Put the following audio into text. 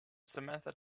samantha